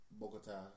Bogota